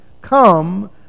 come